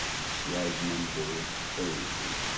slide number thirty, please.